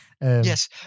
yes